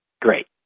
great